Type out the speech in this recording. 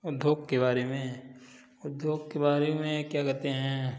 उद्योग के बारे में उद्योग के बारे में क्या कहते हैं